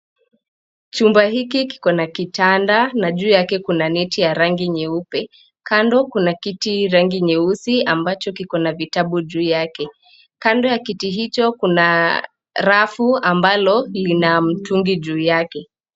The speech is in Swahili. Chumba hiki kiko na kitanda na juu yake kuna neti ya rangi nyeupe. Kando kuna kiti rangi nyeusi ambacho iko na vitabu juu yake. Kando ya kiti hicho kuna rafu ambalo lina mtungi juu yake.